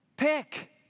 Pick